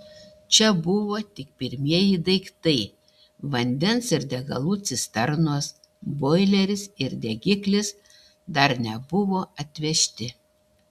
čia buvo tik pirmieji daiktai vandens ir degalų cisternos boileris ir degiklis dar nebuvo atvežti